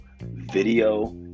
video